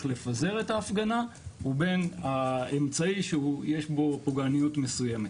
לפזר את ההפגנה ובין האמצעי שיש בו פוגעניות מסויימת.